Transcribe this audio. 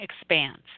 expands